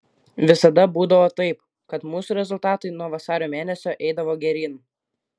visada būdavo taip kad mūsų rezultatai nuo vasario mėnesio eidavo geryn